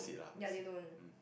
ya they don't